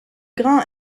grand